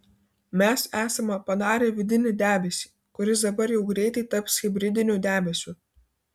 mes esame padarę vidinį debesį kuris dabar jau greitai taps hibridiniu debesiu